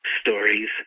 stories